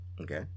Okay